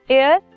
air